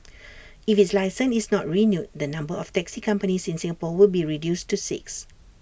if its licence is not renewed the number of taxi companies in Singapore will be reduced to six